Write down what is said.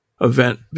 event